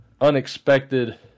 unexpected